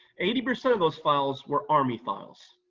eighty percent of those files were army files.